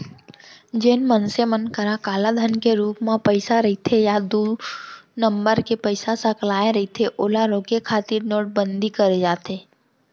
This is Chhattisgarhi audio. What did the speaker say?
जेन मनसे मन करा कालाधन के रुप म पइसा रहिथे या दू नंबर के पइसा सकलाय रहिथे ओला रोके खातिर नोटबंदी करे जाथे